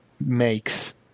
makes